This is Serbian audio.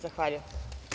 Zahvaljujem.